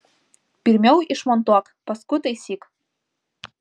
pirmiau išmontuok paskui taisyk